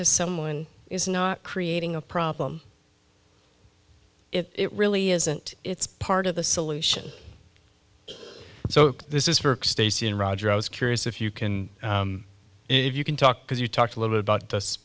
to someone is not creating a problem it really isn't it's part of the solution so this is for stacey and roger i was curious if you can if you can talk because you talked a little about this